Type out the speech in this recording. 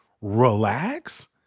relax